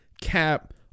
cap